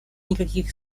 никаких